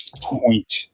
point